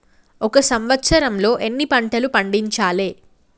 ఒక సంవత్సరంలో ఎన్ని పంటలు పండించాలే?